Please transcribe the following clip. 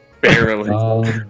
Barely